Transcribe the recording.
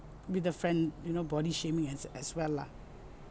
with the friend you know body shaming as as well lah